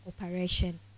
Operation